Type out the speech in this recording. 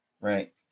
right